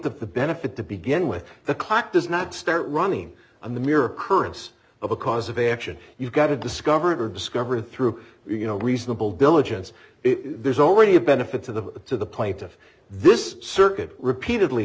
plaintiff the benefit to begin with the clock does not start running on the mirror currents of a cause of action you've got to discover discovered through you know reasonable diligence if there's already a benefit to the to the plaintiff this circuit repeatedly